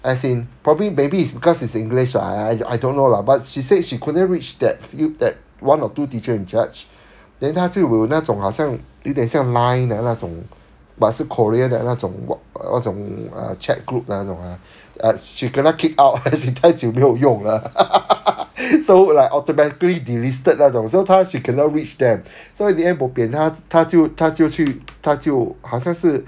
as in probably maybe because it's in english lah I I don't know lah but she said she couldn't reach that that one or two teacher in-charge then 他就有那种好像有点像 line 的那种 but 是 korea 的那种那种 chat group 那种 ah ah she cannot keep up 太久没有用了 so like automatically delisted 那种 so 她 she cannot reach them so in the end bo pian 她就她就去她就好像是